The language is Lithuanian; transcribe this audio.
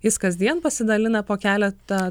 jis kasdien pasidalina po keletą